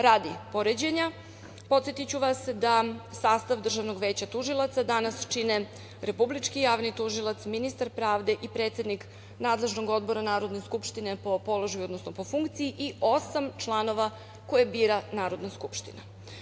Radi poređenja, podsetiću vas da sastav Državnog veća tužilaca danas čine Republički javni tužilac, ministar pravde i predsednik nadležnog odbora Narodne skupštine po položaju, odnosno po funkciji i osam članova koje bira Narodna skupština.